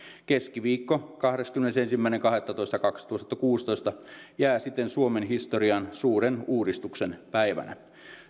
keskiviikko kahdeskymmenesensimmäinen kahdettatoista kaksituhattakuusitoista jää siten suomen historiaan suuren uudistuksen päivänä